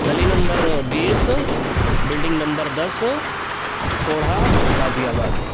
گلی نمبر بیس building number دس کوڑھا غازی آباد